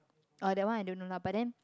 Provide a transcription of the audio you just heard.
oh that one I don't know lah but then